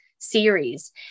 series